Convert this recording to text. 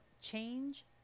Change